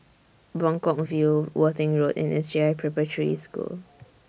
Buangkok View Worthing Road and S J I Preparatory School